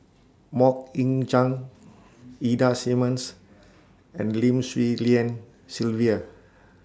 Mok Ying Jang Ida Simmons and Lim Swee Lian Sylvia